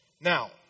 Now